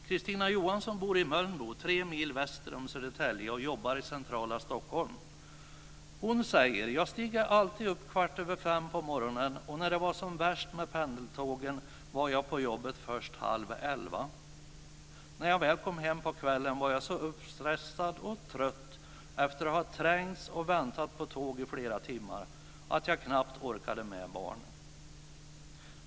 Kristina Johansson bor i Mölnbo, tre mil väster om Södertälje, och jobbar i centrala Stockholm. Hon säger: Jag stiger alltid upp kvart över fem på morgonen, och när det var som värst med pendeltågen var jag på jobbet först halv elva. När jag väl kom hem på kvällen var jag så uppstressad och trött efter att ha trängts och väntat på tåg i flera timmar att jag knappt orkade med barnen.